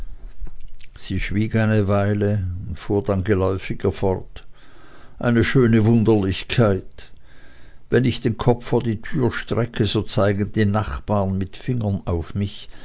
sie schwieg eine kleine weile und fuhr dann geläufiger fort eine schöne wunderlichkeit wenn ich den kopf vor die türe strecke so zeigen die nachbaren mit fingern auf mich